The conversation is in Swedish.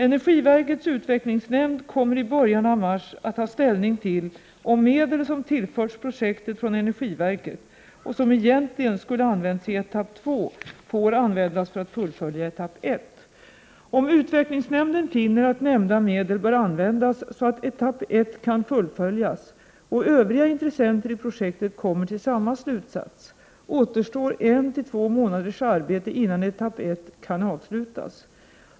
Energiverkets utvecklingsnämnd kommer i början av mars att ta ställning till om medel som tillförts projektet från energiverket och som egentligen skulle använts i etapp 2 får användas för att fullfölja etapp 1. Om utvecklingsnämnden finner att nämnda medel bör användas så att etapp 1 kan fullföljas — och övriga intressenter i projektet kommer till samma slutsats — återstår en till två månaders arbete innan etapp 1 kan avslutas.